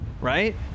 right